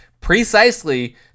precisely